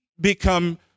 become